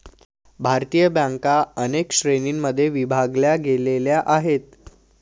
भारतीय बँका अनेक श्रेणींमध्ये विभागल्या गेलेल्या आहेत